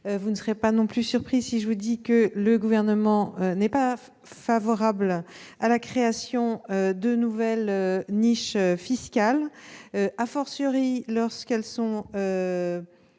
Vous ne serez pas non plus surpris si j'ajoute que le Gouvernement n'est pas favorable à la création de nouvelles niches fiscales, lorsqu'elles sont